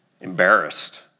embarrassed